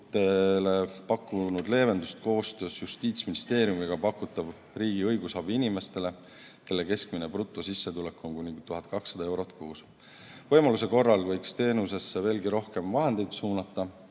kohtutele pakkunud leevendust koostöös Justiitsministeeriumiga pakutav riigi õigusabi inimestele, kelle keskmine brutosissetulek on kuni 1200 eurot kuus. Võimaluse korral võiks teenusesse veelgi rohkem vahendeid suunata.